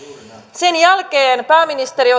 sen jälkeen pääministeri